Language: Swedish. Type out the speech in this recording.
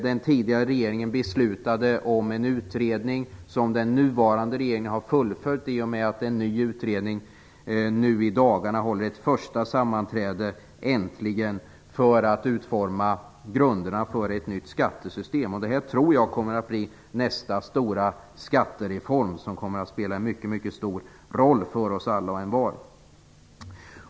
Den tidigare regeringen beslutade om en utredning som den nuvarande regeringen har fullföljt i och med att en ny utredning i dagarna äntligen håller sitt första sammanträde för att utforma grunderna för ett nytt skattesystem. Jag tror att det blir nästa stora skattereform och att den kommer att spela en mycket stor roll för alla och envar.